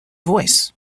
voice